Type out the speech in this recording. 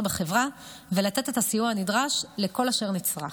בחברה ולתת את הסיוע הנדרש לכל אשר נצרך.